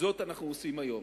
וזאת אנו עושים היום.